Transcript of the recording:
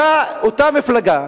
אותה מפלגה,